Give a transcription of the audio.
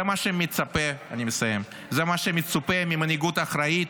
זה מה שמצופה ממנהיגות אחראית,